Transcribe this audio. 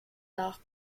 nach